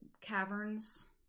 caverns